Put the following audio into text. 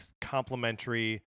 complementary